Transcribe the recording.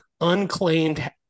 unclaimed